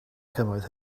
cymoedd